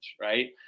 Right